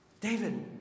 David